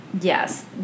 yes